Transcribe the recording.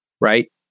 Right